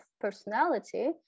personality